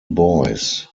boys